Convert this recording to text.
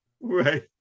Right